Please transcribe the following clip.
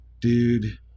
dude